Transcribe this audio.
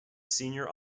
senior